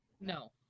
No